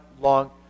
long